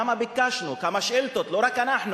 כמה ביקשנו, כמה שאילתות, לא רק אנחנו.